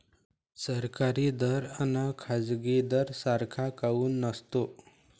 सरकारी दर अन खाजगी दर सारखा काऊन नसतो?